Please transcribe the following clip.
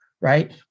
Right